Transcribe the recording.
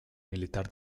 militar